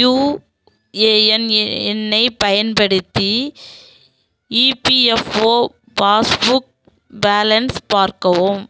UAN ஏ எண்ணை பயன்படுத்தி இபிஎஃப்ஓ பாஸ்புக் பேலன்ஸ் பார்க்கவும்